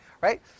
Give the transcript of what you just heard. Right